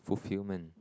fulfilment